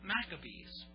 Maccabees